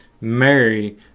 Mary